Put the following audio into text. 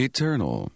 Eternal